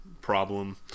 problem